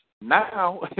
now